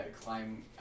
climb